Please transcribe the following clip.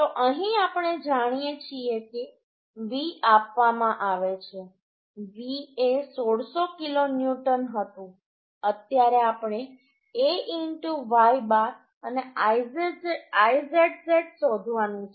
તો અહીં આપણે જાણીએ છીએ કે V આપવામાં આવે છે V એ 1600 કિલો ન્યૂટન હતું અત્યારે આપણે A Y બાર અને Izz શોધવાનું છે